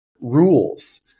rules